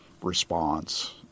response